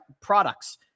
products